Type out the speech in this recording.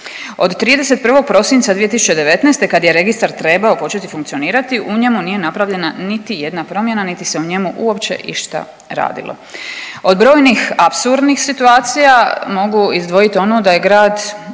Od 31. prosinca 2019. kad je registar trebao početi funkcionirati u njemu nije napravljena niti jedna promjena niti se u njemu uopće išta radilo. Od brojnih apsurdnih situacija mogu izdvojiti onu da je grad